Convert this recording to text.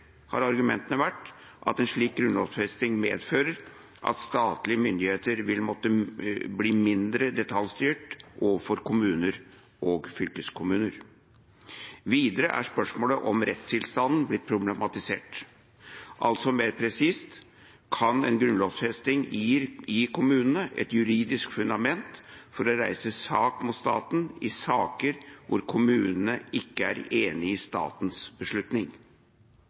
har også vært argumentert at en slik grunnlovfesting medfører at statlige myndigheter vil måtte bli mindre detaljstyrende overfor kommuner og fylkeskommuner. Videre er spørsmålet om rettstilstanden blitt problematisert. Mer presist: Kan en grunnlovfesting gi kommunene et juridisk fundament for å reise sak mot staten i saker hvor kommunene ikke er enig i statens beslutning?